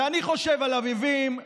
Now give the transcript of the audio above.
ואני חושב על אביבים,